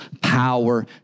power